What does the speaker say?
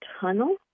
tunnel